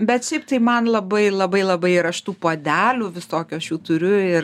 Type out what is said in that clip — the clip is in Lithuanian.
bet šiaip tai man labai labai labai ir aš tų puodelių visokių aš jų turiu ir